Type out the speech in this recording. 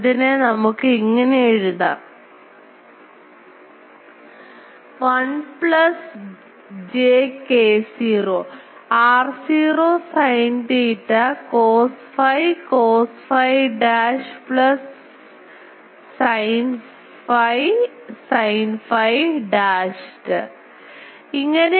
ഇതിനെ നമുക്ക് എങ്ങനെ എഴുതാം 1 plus j k0 r0 sin theta cos phi cos phi dash plus sin phi sin phi dashed